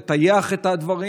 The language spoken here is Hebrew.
לטייח את הדברים,